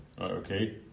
okay